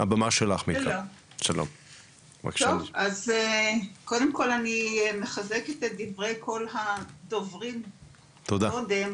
אז קודם כל אני מחזקת את דבריי כל הדוברים מקודם,